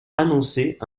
annonçait